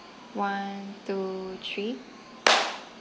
one two three